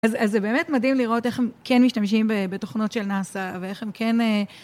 אז זה באמת מדהים לראות איך הם כן משתמשים בתוכנות של נאסא ואיך הם כן...